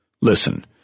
Listen